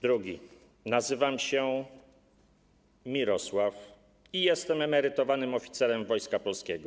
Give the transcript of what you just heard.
Drugi: Nazywam się Mirosław i jestem emerytowanym oficerem Wojska Polskiego.